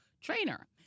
trainer